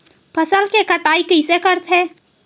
फसल के कटाई कइसे करथे?